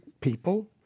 people